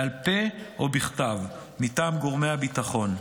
בעל פה או בכתב, מטעם גורמי הביטחון.